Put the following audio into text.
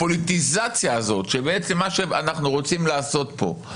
הפוליטיזציה הזאת של מה שאנחנו רוצים לעשות פה,